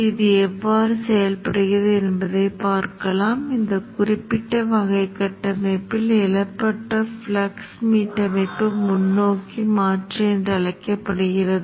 நீங்கள் இரண்டாம் நிலை மின்னழுத்தத்தைப் பார்க்க விரும்பினால் R ஐப் பொறுத்து VS என்று சொல்வீர்கள் R ஐப் பொறுத்து VP உள்ளது அதாவது VP R VO R பின்னர் மின்னழுத்தங்கள் இந்தக் குறிப்பு முனையைப் பொறுத்து இருக்கும்